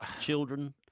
children